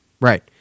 Right